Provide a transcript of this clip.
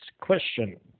question